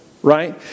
Right